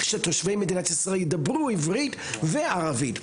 שתושבי מדינת ישראל ידברו עברית וערבית.